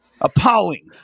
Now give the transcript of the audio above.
Appalling